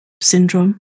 syndrome